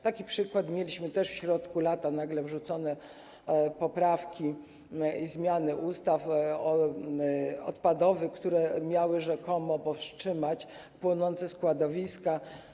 Taki przykład mieliśmy też w środku lata: nagle wrzucono poprawki i zmiany ustaw odpadowych, które miały rzekomo powstrzymać płonące składowiska.